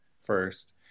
first